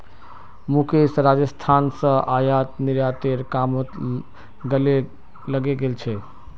मुकेश राजस्थान स आयात निर्यातेर कामत लगे गेल छ